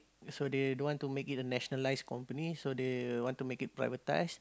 so they don't want to make it a nationalized company so they want to make it privatize